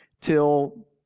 till